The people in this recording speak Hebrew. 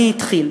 מי התחיל.